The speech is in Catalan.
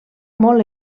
molt